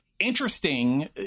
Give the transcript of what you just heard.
interesting